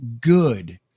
good